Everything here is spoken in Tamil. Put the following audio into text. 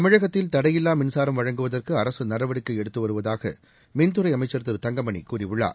தமிழகத்தில் தடையில்லா மின்சாரம் வழங்குவதற்கு அரசு நடவடிக்கை எடுத்து வருவதாக மின்துறை அமைச்சர் திரு தங்கமணி கூறியுள்ளார்